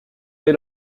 dès